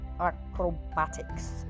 acrobatics